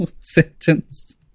sentence